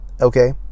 Okay